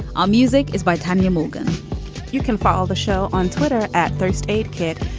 our music is by tanya morgan you can follow the show on twitter at first aid kit.